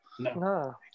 No